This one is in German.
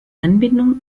anbindung